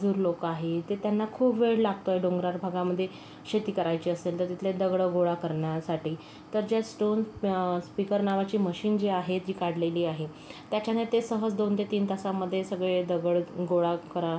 मजूर लोक आहेत ते त्यांना खूप वेळ लागतो डोंगराळ भागामध्ये शेती करायची असेल तर तिथले दगड गोळा करण्यासाठी तर त्या स्टोन पिकर नावाची मशीन जी आहे जी काढलेली आहे त्यातून ते सहज दोन तीन तासामध्ये सगळे दगड गोळा करा